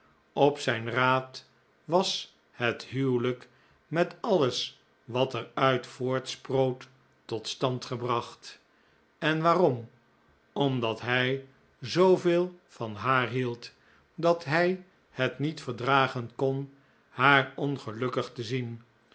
op zijn raad was het huwelijk met alles wat er uit voortsproot tot stand gebracht en waarom omdat hij zooveel van haar hield dat hij het niet verdragen kon haar ongelukkig te zien